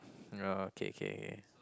no K K